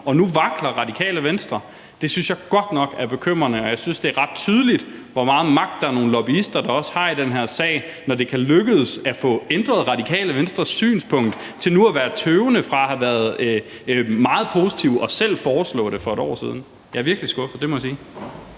Og nu vakler Radikale Venstre. Det synes jeg godt nok er bekymrende, og jeg synes, at det er ret tydeligt, hvor meget magt nogle lobbyister har i den her sag, når det kan lykkes at få ændret Radikale Venstres synspunkt til nu at være tøvende – fra at have været meget positivt, og fra at Radikale Venstre selv har foreslået det for et år siden. Jeg er virkelig skuffet. Det må jeg sige.